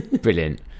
brilliant